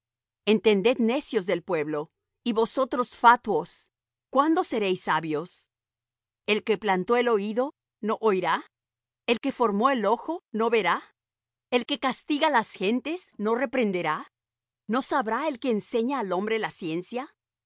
entended necios del pueblo y vosotros fatuos cuándo seréis sabios el que plantó el oído no oirá el que formó el ojo no verá el que castiga las gentes no reprenderá no sabrá el que enseña al hombre la ciencia